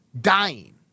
dying